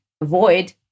avoid